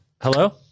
Hello